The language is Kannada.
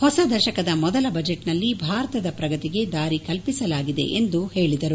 ಹೊಸ ದಶಕದ ಮೊದಲ ಬಜೆಟ್ನಲ್ಲಿ ಭಾರತದ ಪ್ರಗತಿಗೆ ದಾರಿ ಕಲ್ಪಿಸಲಾಗಿದೆ ಎಂದು ಹೇಳಿದರು